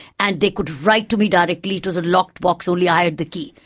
and they could write to me directly it was a locked box, only i had the key.